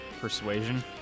Persuasion